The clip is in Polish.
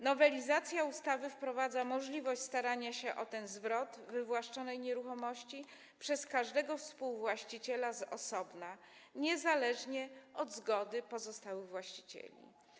Nowelizacja ustawy wprowadza możliwość starania się o zwrot wywłaszczonej nieruchomości przez każdego współwłaściciela z osobna, niezależnie od zgody pozostałych właścicieli.